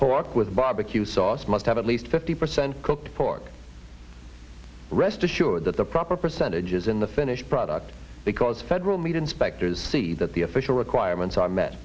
pork with barbecue sauce must have at least fifty percent cooked fork rest assured that the proper percentage is in the finished product because federal meat inspectors see that the official requirements are met